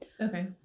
Okay